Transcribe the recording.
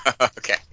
Okay